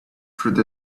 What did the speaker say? through